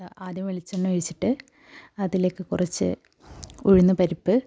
ആദ്യം വെളിച്ചെണ്ണ ഒഴിച്ചിട്ട് അതിലേക്ക് കുറച്ച് ഉഴുന്ന് പരിപ്പ്